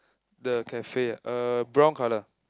the cafe ah uh brown colour